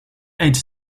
age